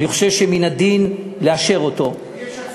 אני חושב שמן הדין לאשר אותו, לי יש הצעה.